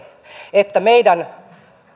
että meidän